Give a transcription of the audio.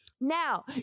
Now